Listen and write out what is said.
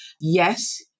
Yes